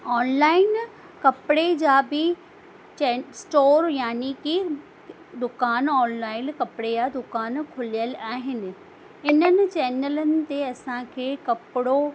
online कपिड़े जा बि चै स्टोर याने की दुकान ऑनलाइन कपिड़े जा दुकान खुलियलु आहिनि इनन चैनलनि ते असांखे कपिड़ो